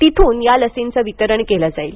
तिथून या लसींचं वितरण केलं जाईल